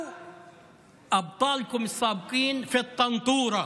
או הגיבורים שלכם לשעבר בטנטורה,